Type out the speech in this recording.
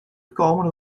gekomen